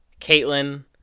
Caitlin